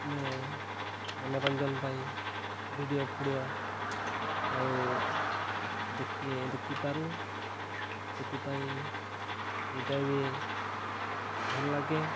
ଆମେ ମନୋରଞ୍ଜନ ପାଇଁ ଭିଡ଼ିଓ ଫିଡ଼ିଓ ଆଉ ଦେଖି ଦେଖିପାରୁ ସେଥିପାଇଁ ଏଇଟା ବି ଭଲ ଲାଗେ